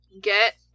get